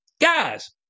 guys